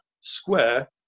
square